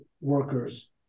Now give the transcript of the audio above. workers